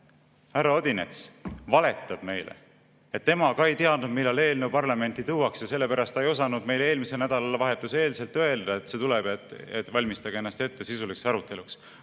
Härra Odinets valetab meile, et tema ka ei teadnud, millal eelnõu parlamenti tuuakse, ja sellepärast ta ei osanud meile enne eelmist nädalavahetust öelda, et see tuleb, et valmistage ennast ette sisuliseks aruteluks.